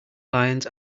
lions